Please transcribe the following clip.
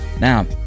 Now